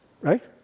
Right